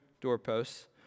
doorposts